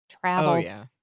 travel